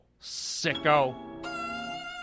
sicko